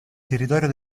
territorio